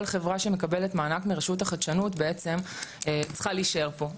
כל חברה שמקבלת מענק מרשות החדשנות בעצם צריכה להישאר פה,